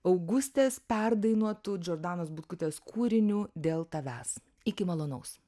augustės perdainuotu džordanos butkutės kūriniu dėl tavęs iki malonaus